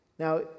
Now